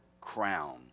crown